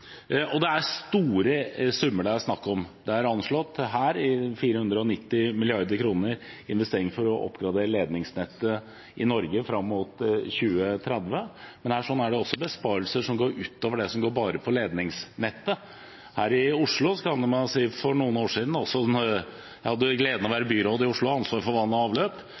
avløp. Det er store summer det er snakk om. Det er her anslått 490 mrd. kr i investering for å oppgradere ledningsnettet i Norge fram mot 2030, men her er det også besparelser som går utover det som bare gjelder ledningsnettet. Jeg hadde gleden av å være byråd i Oslo med ansvar for vann og avløp,